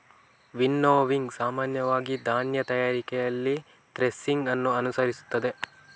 winnowing ಸಾಮಾನ್ಯವಾಗಿ ಧಾನ್ಯ ತಯಾರಿಕೆಯಲ್ಲಿ ಥ್ರೆಸಿಂಗ್ ಅನ್ನು ಅನುಸರಿಸುತ್ತದೆ